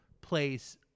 place